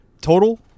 total